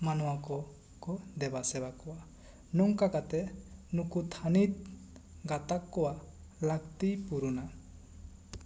ᱢᱟᱱᱣᱟ ᱠᱚᱠᱚ ᱫᱮᱣᱟ ᱥᱮᱣᱟ ᱠᱚᱣᱟ ᱱᱚᱝᱠᱟ ᱠᱟᱛᱮᱜ ᱱᱩᱠᱩ ᱛᱷᱟᱹᱱᱤᱛ ᱜᱟᱛᱟᱠ ᱠᱚᱣᱟᱜ ᱞᱟᱹᱠᱛᱤ ᱯᱩᱨᱩᱱᱟ